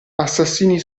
assassini